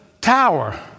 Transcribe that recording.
tower—